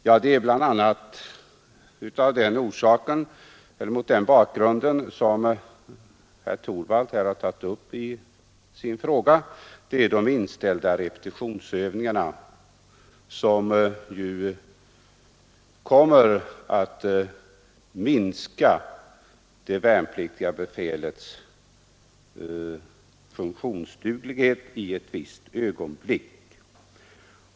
Jo, det är bl.a. mot bakgrunden av, som herr Torwald har tagit upp i sin fråga, de inställda repetitionsövningarna som ju kommer att minska det värnpliktiga befälets funktionsduglighet i ett visst ögonblick.